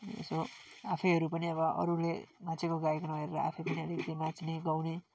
यसो आफैहरू पनि अब अरूले नाचेको गाएको नहेरेर आफै पनि अलिकति नाच्ने गाउने